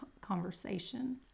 conversation